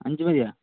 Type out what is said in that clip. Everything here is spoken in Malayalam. അഞ്ച് മതിയോ